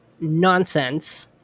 nonsense